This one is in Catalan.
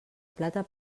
plata